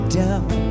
down